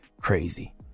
crazy